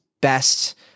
best